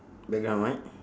background right